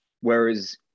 Whereas